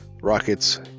Rockets